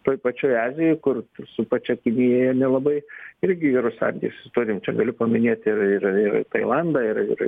toj pačioj azijoj kur su pačia kinija nelabai irgi gerus santykius turinčią galiu paminėti ir ir ir tailandą ir ir